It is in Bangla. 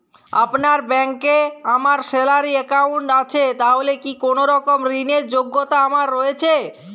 আপনার ব্যাংকে আমার স্যালারি অ্যাকাউন্ট আছে তাহলে কি কোনরকম ঋণ র যোগ্যতা আমার রয়েছে?